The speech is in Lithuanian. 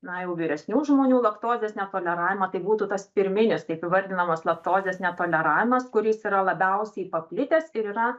na jau vyresnių žmonių laktozės netoleravimą tai būtų tas pirminis taip įvardinamas laktozės netoleravimas kuris yra labiausiai paplitęs ir yra